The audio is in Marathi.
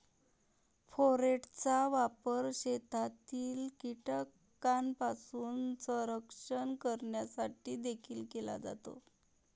फोरेटचा वापर शेतातील कीटकांपासून संरक्षण करण्यासाठी देखील केला जातो